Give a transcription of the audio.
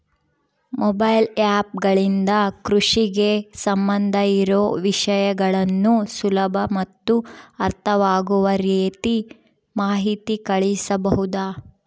Mobile app ಗಳಿಂದ ಕೃಷಿಗೆ ಸಂಬಂಧ ಇರೊ ವಿಷಯಗಳನ್ನು ಸುಲಭ ಮತ್ತು ಅರ್ಥವಾಗುವ ರೇತಿ ಮಾಹಿತಿ ಕಳಿಸಬಹುದಾ?